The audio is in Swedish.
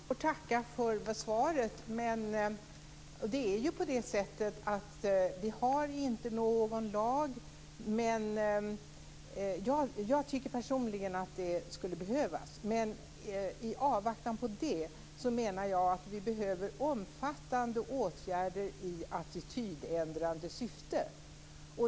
Herr talman! Jag får tacka för svaret. Det är ju på det sättet att vi inte har någon lag, men jag tycker personligen att det skulle behövas. I avvaktan på det menar jag att vi behöver omfattande åtgärder i attitydändrande syfte.